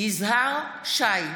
יזהר שי,